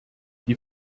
die